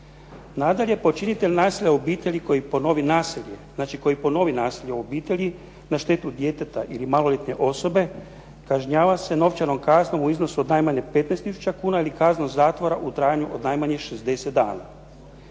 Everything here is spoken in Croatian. koji ponovi nasilje u obitelji na štetu djeteta ili maloljetne osobe kažnjava se novčanom kaznom u iznosu od najmanje 15000 kuna ili kaznom zatvora u trajanju od najmanje 60 dana.